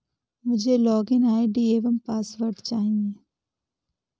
मुझें login ID एवं password चाहिए